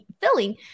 filling